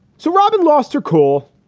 so robin lost her. cool.